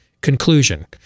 conclusion